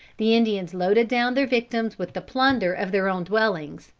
the indians loaded down their victims with the plunder of their own dwellings,